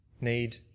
need